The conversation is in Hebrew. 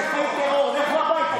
תומכי טרור, לכו הביתה.